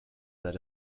that